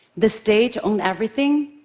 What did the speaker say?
the state owned everything.